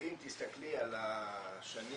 ואם תסתכלי על השנים